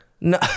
No